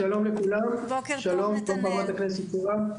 שלום לכולם, שלום חברת הכנסת בוקר טוב לכולם.